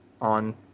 on